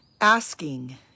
Asking